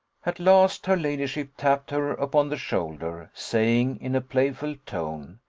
at last, her ladyship tapped her upon the shoulder, saying, in a playful tone,